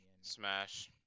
Smash